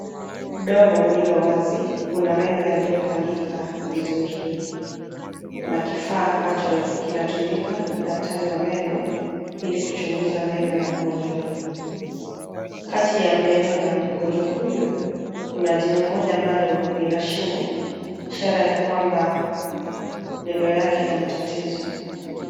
Mdomo ulio wazi una meno yaliyopangika vizuri. Kuna kifaa ambacho kinatumika na daktari wa meno ili kuchunguza meno ya mgonjwa. Kati ya meno ya mgonjwa huyu, kuna jino moja ambalo lina shimo ishara ya kwamba meno yake yana tatizo.